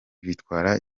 bitwara